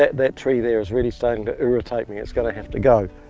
that tree there is really starting to irritate me. it's going to have to go.